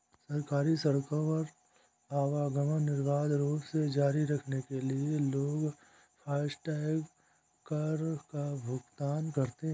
सरकारी सड़कों पर आवागमन निर्बाध रूप से जारी रखने के लिए लोग फास्टैग कर का भुगतान करते हैं